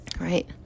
right